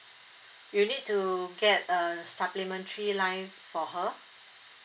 you'll need to get a supplementary line for her